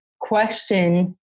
question